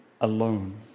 alone